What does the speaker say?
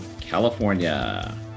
California